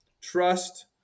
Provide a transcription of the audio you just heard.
trust